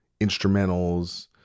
instrumentals